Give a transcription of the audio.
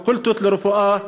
לפקולטות לרפואה,